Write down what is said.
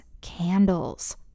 candles